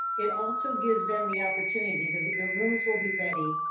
it also gives them the opportunity that the rooms will be ready.